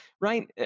right